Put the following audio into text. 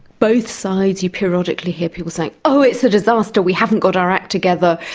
both sides you periodically hear people saying, oh, it's a disaster, we haven't got our act together,